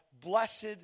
blessed